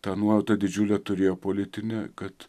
tą nuojautą didžiulę turėjo politinę kad